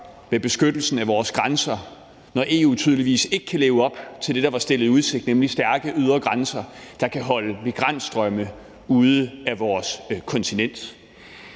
med beskyttelsen af vores grænser, når EU tydeligvis ikke kan leve op til det, der var stillet i udsigt, nemlig stærke ydre grænser, der kan holde migrantstrømme ude af vores kontinent.